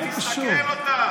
תסתכל אותם.